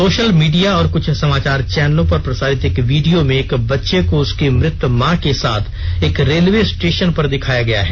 social media और कुछ समाचार चैनलों पर प्रसारित एक वीडियो में एक बच्चे को उसकी मृत मां के साथ एक रेलवे स्टेशन पर दिखाया गया है